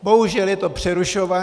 Bohužel je to přerušované.